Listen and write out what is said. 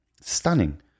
Stunning